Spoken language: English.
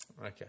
Okay